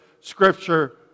Scripture